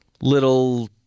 little